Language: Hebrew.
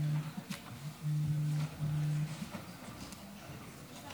תודה רבה, אדוני